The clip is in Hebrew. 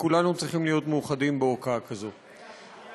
וכולנו צריכים להיות מאוחדים בהוקעה כזאת.